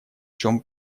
чем